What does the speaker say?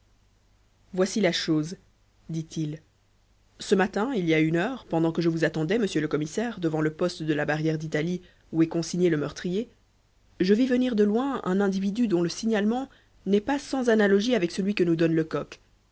voici la chose dit-il ce matin il y a une heure pendant que je vous attendais monsieur le commissaire devant le poste de la barrière d'italie où est consigné le meurtrier je vis venir de loin un individu dont le signalement n'est pas sans analogie avec celui que nous donne lecoq